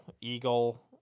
Eagle